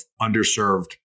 underserved